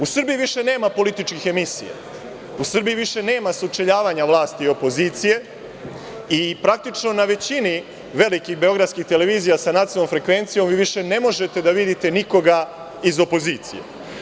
U Srbiji više nema političkih emisija, u Srbiji više nema sučeljavanja vlasti i opozicije i praktično na većini velikih beogradskih televizija sa nacionalnom frekvencijom vi više ne možete da vidite nikoga iz opozicije.